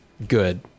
good